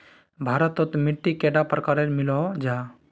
भारत तोत मिट्टी कैडा प्रकारेर मिलोहो जाहा?